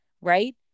right